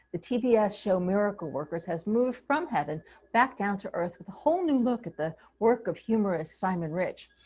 the tbs yeah show miracle workers has moved from heaven back down to earth with a whole new look at the work of humorous simon rich.